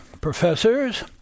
professors